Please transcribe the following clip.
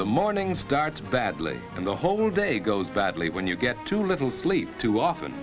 the mornings starts badly and the whole day goes badly when you get too little sleep too often